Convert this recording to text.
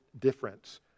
difference